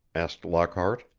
asked lockhart.